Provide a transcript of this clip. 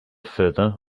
further